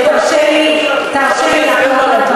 לא בגללכם.